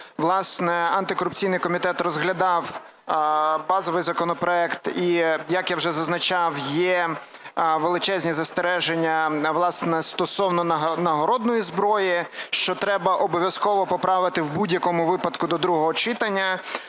Власне, антикорупційний комітет розглядав базовий законопроект, і, як я вже зазначав, є величезні застереження, власне, стосовно нагородної зброї, що треба обов'язково поправити в будь-якому випадку до другого читання.